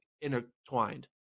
intertwined